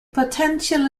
potential